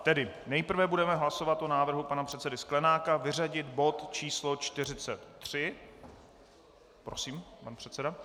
Tedy nejprve budeme hlasovat o návrhu pana předsedy Sklenáka vyřadit bod číslo 43... Prosím, pan předseda.